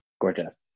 Gorgeous